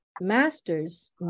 Masters